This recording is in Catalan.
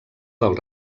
del